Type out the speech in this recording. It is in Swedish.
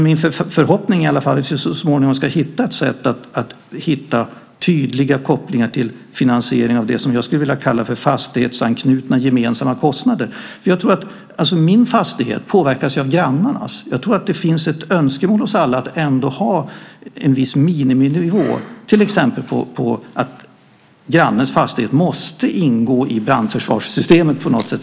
Min förhoppning är i alla fall att vi så småningom ska hitta ett sätt att finna tydliga kopplingar till finansiering av det som jag skulle vilja kalla för fastighetsanknutna gemensamma kostnader. Ens egen fastighet påverkas ju av grannarnas. Jag tror att det finns ett önskemål hos alla om att ändå ha en viss miniminivå. Det kan till exempel vara att grannens fastighet på något sätt måste ingå i brandförsvarssystemet.